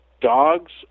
Dogs